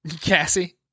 Cassie